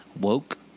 Woke